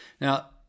Now